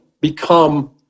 become